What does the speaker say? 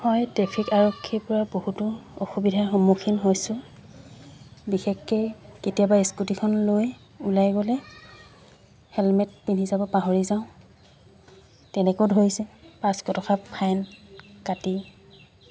মই ট্ৰেফিক আৰক্ষীৰপৰা বহুতো অসুবিধাৰ সন্মুখীন হৈছোঁ বিশেষকৈ কেতিয়াবা স্কুটিখন লৈ ওলাই গ'লে হেলমেট পিন্ধি যাব পাহৰি যাওঁ তেনেকৈও ধৰিছে পাঁচশ টকা ফাইন কাটি